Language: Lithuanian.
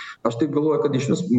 aš taip galvoju kad išvis